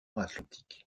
atlantique